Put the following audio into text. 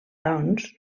doncs